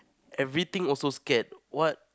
everything also scared what